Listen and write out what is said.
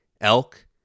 elk